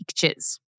pictures